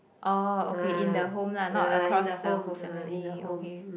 orh okay in the home lah not across the whole family okay